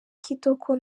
kitoko